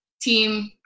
team